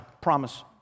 Promise